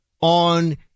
on